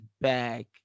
back